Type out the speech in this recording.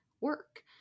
work